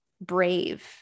brave